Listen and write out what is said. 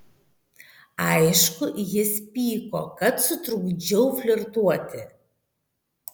aišku jis pyko kad sutrukdžiau flirtuoti